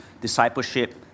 discipleship